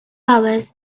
powers